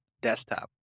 desktop